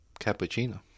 cappuccino